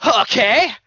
okay